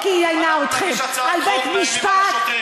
עם רגשי הנחיתות האלה כשאתם 40 שנה בשלטון.